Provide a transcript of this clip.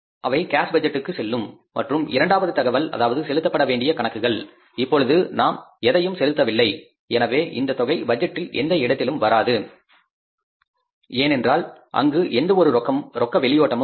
அவை கேஸ் பட்ஜெட்டுக்கு செல்லும் மற்றும் இரண்டாவது தகவல் அதாவது செலுத்தப்பட வேண்டிய கணக்குகள் இப்பொழுது நாம் எதையும் செலுத்தவில்லை எனவே இந்த தொகை பட்ஜெட்டில் எந்த இடத்திலும் வராது ஏனென்றால் அங்கு எந்த ஒரு கேஸ் அவுட்ப்ளோ இல்லை